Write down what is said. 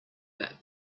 that